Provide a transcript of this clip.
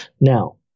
Now